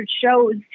shows